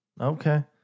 Okay